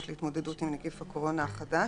להתמודדות עם נגיף הקורונה החדש.